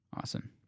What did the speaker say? Awesome